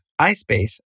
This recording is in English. iSpace